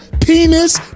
penis